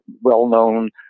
well-known